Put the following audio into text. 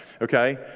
Okay